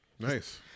Nice